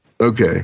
okay